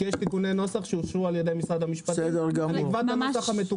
שיש תיקוני נוסח שאושרו על ידי משרד המשפטים מלבד בנוסח המתוקן.